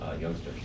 youngsters